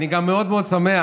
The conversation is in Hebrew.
אני גם מאוד מאוד שמח